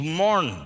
mourn